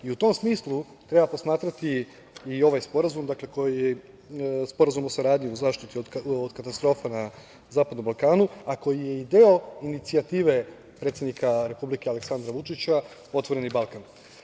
U tom smislu treba posmatrati i ovaj sporazum o saradnji u zaštiti od katastrofa na zapadnom Balkanu, a koji je i deo inicijative predsednika Republike Aleksandra Vučića - Otvoreni Balkan.